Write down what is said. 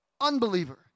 unbeliever